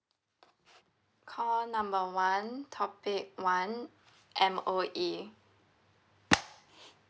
call number one topic one M_O_E